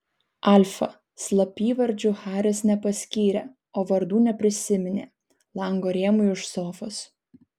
alfa slapyvardžių haris nepaskyrė o vardų neprisiminė lango rėmui už sofos